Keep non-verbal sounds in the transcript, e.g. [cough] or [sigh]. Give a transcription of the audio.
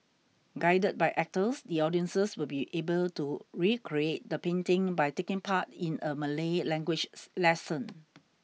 guided by actors the audiences will be able to recreate the painting by taking part in a Malay language [unintelligible] lesson